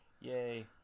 Yay